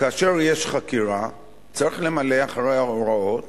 כאשר יש חקירה צריך למלא אחרי ההוראות